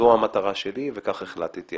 זו המטרה שלי וכך החלטתי.